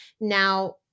now